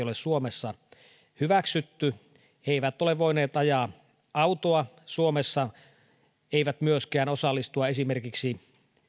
ole suomessa hyväksytty ja he eivät ole voineet ajaa autoa suomessa eivät myöskään osallistua esimerkiksi